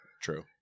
true